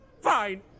Fine